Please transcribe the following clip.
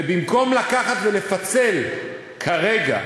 ובמקום לקחת ולפצל כרגע